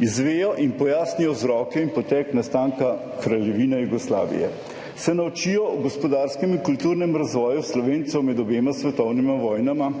izvejo in pojasnijo vzroke in potek nastanka Kraljevine Jugoslavije, se naučijo o gospodarskem in kulturnem razvoju Slovencev med obema svetovnima vojnama,